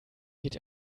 geht